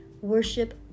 worship